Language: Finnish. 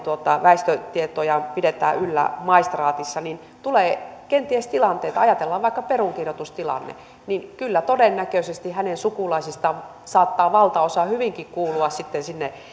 väestötietojaan pidetään yllä maistraatissa niin tulee kenties tilanteita ajatellaan vaikka peruskirjoitustilannetta kyllä todennäköisesti hänen sukulaisistaan saattaa valtaosa hyvinkin kuulua sitten sinne